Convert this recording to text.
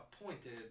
appointed